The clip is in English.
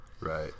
Right